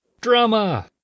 Drama